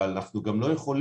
אבל אנחנו גם לא יכולים,